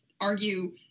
argue